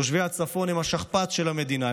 תושבי הצפון הם השכפ"ץ של המדינה,